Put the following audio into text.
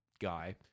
guy